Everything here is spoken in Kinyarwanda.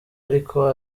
ariko